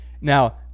Now